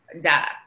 data